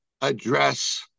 address